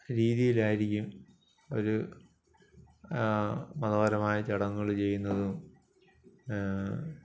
രീതിയിലായിരിക്കും അവർ മതപരമായ ചടങ്ങുകൾ ചെയ്യുന്നതും